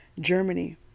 Germany